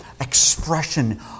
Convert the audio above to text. expression